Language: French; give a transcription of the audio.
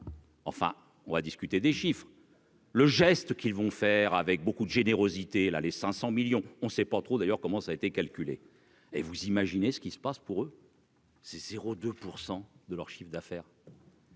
Enfin, on va discuter des chiffres. Le geste qu'ils vont faire avec beaucoup de générosité, là les 500 millions on sait pas trop d'ailleurs comment ça a été calculé et vous imaginez ce qui se passe pour eux. C'est 0 2 % de leur chiffre d'affaires.